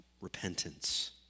repentance